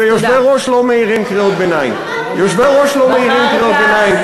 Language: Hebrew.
ובתוך המצע שלנו זה היה כתוב.